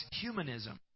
humanism